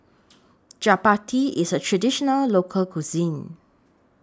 Chapati IS A Traditional Local Cuisine